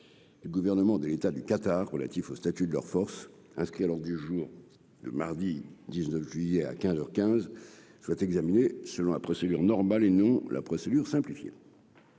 le gouvernement de l'État du Qatar relatif au statut de leurs forces, inscrit à l'heure du jour, le mardi 19 juillet à quinze heures quinze soit examiné selon la procédure normale et non la procédure simplifiée.